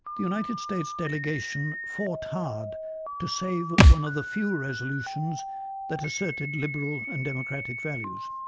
the united states delegation fought hard to save one of the few resolutions that asserted liberal and democratic values.